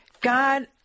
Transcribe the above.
God